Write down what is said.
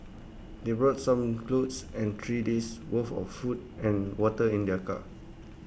they brought some clothes and three days' worth of food and water in their car